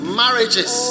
marriages